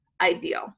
ideal